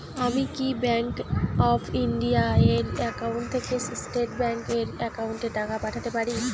আমি কি bank of India এর একাউন্ট থেকে স্টেট ব্যাংক এর একাউন্টে টাকা পাঠাতে পারি?